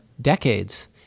decades